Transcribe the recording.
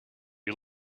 you